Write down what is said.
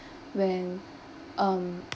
when um